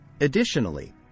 Additionally